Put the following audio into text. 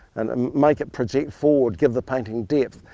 and um make it project forward, give the painting depth.